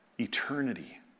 Eternity